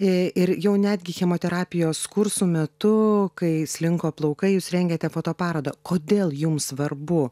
i ir jau netgi chemoterapijos kursų metu kai slinko plaukai jūs rengėte fotoparodą kodėl jums svarbu